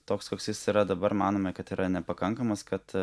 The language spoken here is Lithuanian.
toks koks jis yra dabar manome kad yra nepakankamas kad